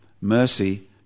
mercy